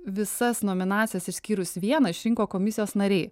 visas nominacijas išskyrus vieną išrinko komisijos nariai